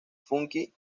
funky